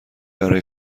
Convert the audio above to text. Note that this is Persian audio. برای